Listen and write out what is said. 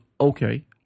okay